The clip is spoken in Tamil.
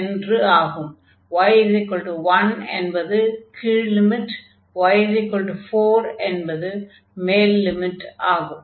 y1 என்பது கீழ் லிமிட் y4 என்பது மேல் லிமிட் ஆகும்